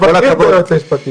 הכנסת לא עובדת אצל היועץ המשפטי.